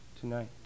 Tonight